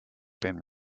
been